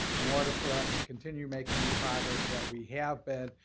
in order for us to continue making the progress that we have been,